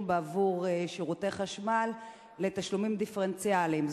בעבור שירותי חשמל לתשלומים דיפרנציאליים,